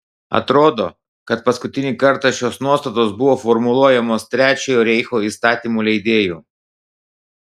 atrodo kad paskutinį kartą šios nuostatos buvo formuluojamos trečiojo reicho įstatymų leidėjų